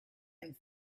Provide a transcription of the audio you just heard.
and